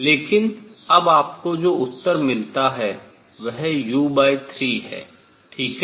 लेकिन अब आपको जो उत्तर मिलता है वह u3 है ठीक है